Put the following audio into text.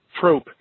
trope